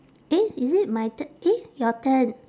eh is it my t~ eh your turn